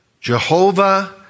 Jehovah